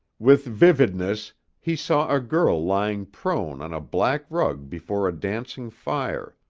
with vividness he saw a girl lying prone on a black rug before a dancing fire,